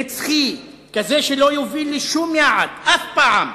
נצחי, כזה שלא יוביל לשום יעד, אף פעם.